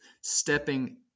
stepping